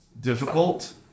difficult